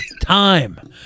time